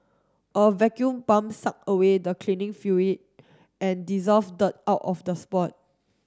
a vacuum pump suck away the cleaning fluid and dissolved dirt out of the spot